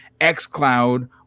xcloud